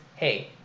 Hey